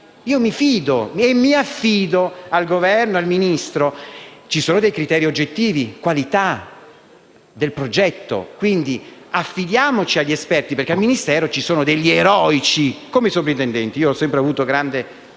io mi fido e mi affido al Governo e al Ministro. Ci sono dei criteri oggettivi: qualità del progetto. Quindi, affidiamoci agli esperti, perché al Ministero ci sono degli eroici, come i sovrintendenti, per i quali ho sempre avuto grande